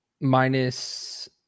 Minus